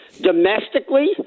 domestically